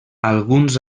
alguns